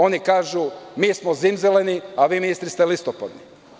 Oni kažu mi smo zimzeleni, a vi ste listopadni.